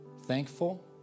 thankful